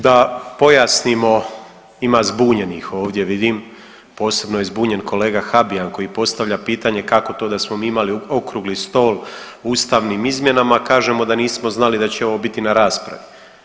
Da pojasnimo, ima zbunjenih ovdje, vidim, posebno je zbunjen kolega Habijan koji postavlja pitanje kako to da smo mi imali okrugli stol o ustavnim izmjenama, kažemo da nismo znali da će ovo biti na raspravi.